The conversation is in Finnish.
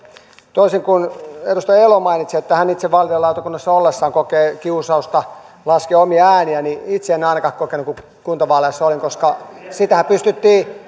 toisin kuin edustaja elo mainitsi että hän itse vaalilautakunnassa ollessaan kokee kiusausta laskea omia ääniä niin itse en ainakaan kokenut kun kuntavaaleissa olin koska siitähän pystyttiin